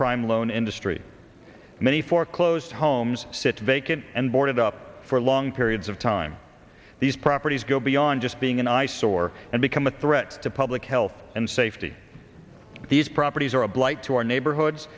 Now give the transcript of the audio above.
prime loan industry many foreclosed homes sit vacant and boarded up for long periods of time these properties go beyond just being an eyesore more and become a threat to public health and safety these properties are a blight to our neighborhoods